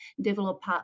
develop